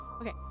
Okay